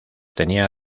tenía